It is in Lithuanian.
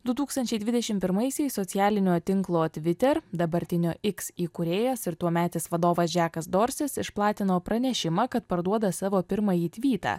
du tūkstančiai dvidešim pirmaisiais socialinio tinklo twitter dabartinio iks įkūrėjas ir tuometis vadovas džakas dorsis išplatino pranešimą kad parduoda savo pirmąjį tvytą